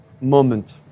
moment